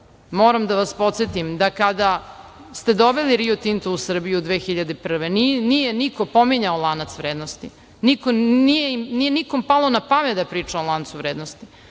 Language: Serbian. moram da vas podsetim da kada ste doveli „Rio Tinto“ u Srbiju, 2001. godine, nije niko pominjao lanac vrednosti. Nije nikom palo na pamet da priča o lancu vrednosti,